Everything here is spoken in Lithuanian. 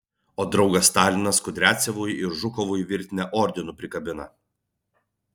o draugas stalinas kudriavcevui ir žukovui virtinę ordinų prikabina